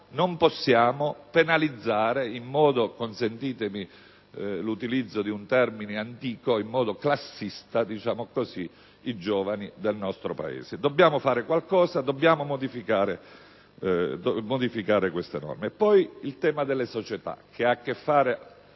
non possiamo penalizzare in modo - consentitemi l'utilizzo di un termine antico - classista i giovani del nostro Paese. Dobbiamo fare qualcosa, dobbiamo modificare queste norme. Vi è poi il tema delle società, che ha a che fare